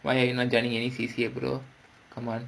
why you not getting any C_C_A brother come on